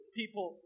people